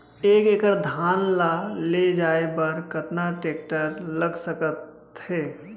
एक एकड़ धान ल ले जाये बर कतना टेकटर लाग सकत हे?